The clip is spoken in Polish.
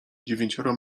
dziewięcioro